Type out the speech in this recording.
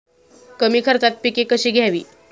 कमी खर्चात पिके कशी घ्यावी?